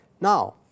Now